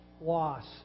loss